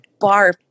barf